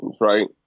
right